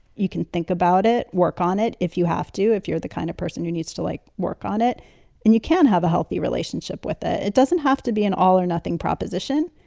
you can think about it, work on it if you have to. if you're the kind of person who needs to like work on it and you can have a healthy relationship with it. it doesn't have to be an all or nothing proposition.